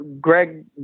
Greg